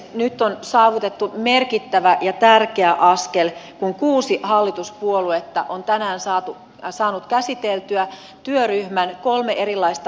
nyt on saavutettu merkittävä ja tärkeä askel kun kuusi hallituspuoluetta on tänään saanut käsiteltyä työryhmän kolme erilaista mallia